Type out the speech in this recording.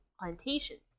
Plantations